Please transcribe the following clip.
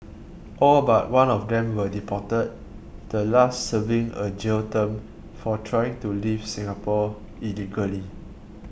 all but one of them were deported the last serving a jail term for trying to leave Singapore illegally